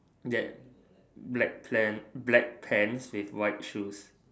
bla~ black plans black pants with white shoes